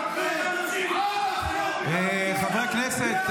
יודע --- חברי הכנסת.